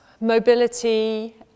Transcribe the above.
mobility